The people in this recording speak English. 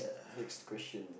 next question